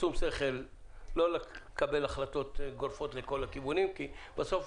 שכל לא לקבל החלטות גורפות לכל הכיוונים, כי בסוף,